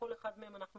בכל אחד מהם אנחנו